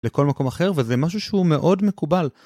לכל מקום אחר וזה משהו שהוא מאוד מקובל.